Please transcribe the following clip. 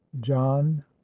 John